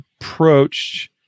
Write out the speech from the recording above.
approached